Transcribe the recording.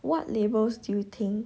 what labels do you think